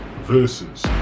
versus